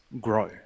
grow